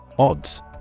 Odds